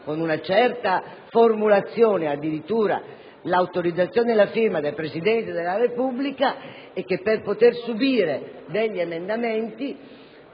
con una certa formulazione, ottiene addirittura l'autorizzazione e la firma del Presidente della Repubblica; per poter subire degli emendamenti